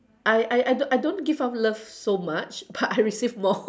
I I I don't I don't give off love so much but I receive more